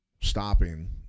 stopping